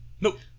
nope